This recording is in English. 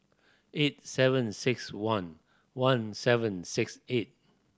eight seven six one one seven six eight